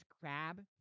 crab